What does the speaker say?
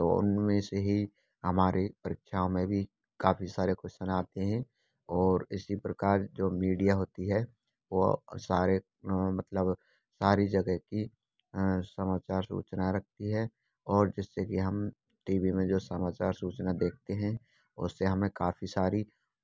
तो उनमें से ही हमारे परीक्षाओं में भी काफ़ी सारे क्वेश्चन आते हैं और इसी प्रकार जो मीडिया होती है वह सारे मतलब सारी जगह की समाचार सूचना रखती है और जिससे कि हम टी वी में जो समाचार सूचना देखते हैं उससे हमें काफ़ी सारी